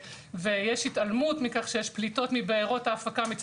ויש התעלמות מכך שיש פליטות מבארות ההפקה,